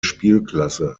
spielklasse